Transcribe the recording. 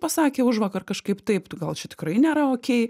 pasakė užvakar kažkaip taip tai gal čia tikrai nėra okei